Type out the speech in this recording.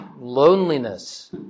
loneliness